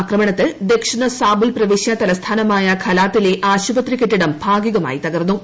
ആക്രമണത്തിൽ ദക്ഷിണ സാബുൽ പ്രവിശ്യാ തലസ്ഥാനമായ ഖലാത്തിലെ ആശുപത്രി കെട്ടിടം ഭാഗികമായി തകർന്നു